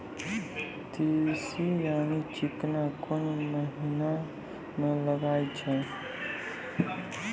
तीसी यानि चिकना कोन महिना म लगाय छै?